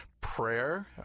prayer